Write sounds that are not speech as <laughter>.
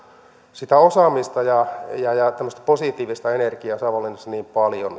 sitä osaamista ja ja tämmöistä positiivista energiaa niin paljon <unintelligible>